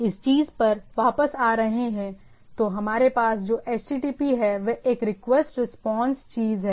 इस चीज़ पर वापस आ रहे हैं तो हमारे पास जो HTTP है वह एक रिक्वेस्ट रिस्पांस चीज़ है